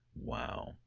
Wow